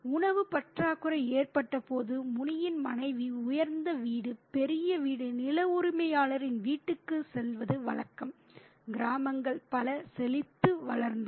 உணவு பற்றாக்குறை ஏற்பட்டபோது முனியின் மனைவி உயர்ந்த வீடு பெரிய வீடு நில உரிமையாளரின் வீட்டிற்குச் செல்வது வழக்கம் கிராமங்கள் பல செழித்து வளர்ந்தன